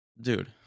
Dude